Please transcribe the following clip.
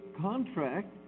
contract